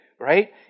right